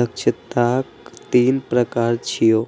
दक्षताक तीन प्रकार छियै